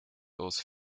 aus